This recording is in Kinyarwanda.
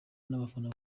n’abafana